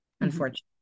unfortunately